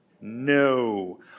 No